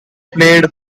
played